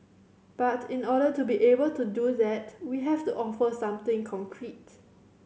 but in order to be able to do that we have to offer something concrete